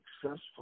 successful